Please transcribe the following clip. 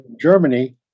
Germany